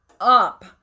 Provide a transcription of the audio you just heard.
up